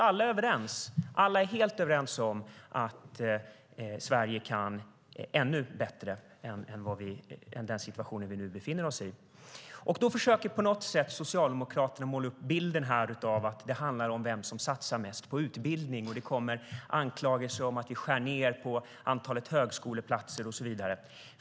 Alla är helt överens om att Sverige kan bli ännu bättre än som är fallet i den situation vi nu befinner oss i. Socialdemokraterna försöker på något sätt måla upp bilden av att det handlar om vem som satsar mest på utbildning, det kommer anklagelser om att vi skär ned på antalet högskoleplatser och så vidare.